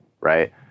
right